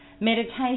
Meditation